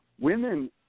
women